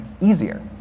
easier